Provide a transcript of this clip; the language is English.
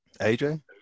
AJ